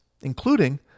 including